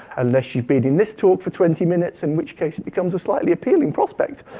unless you've been in this talk for twenty minutes, in which case it becomes a slightly appealing prospect.